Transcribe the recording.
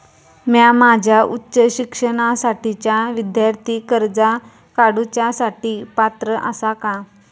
म्या माझ्या उच्च शिक्षणासाठीच्या विद्यार्थी कर्जा काडुच्या साठी पात्र आसा का?